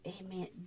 amen